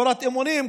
הפרת אמונים,